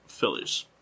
Phillies